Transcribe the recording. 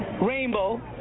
rainbow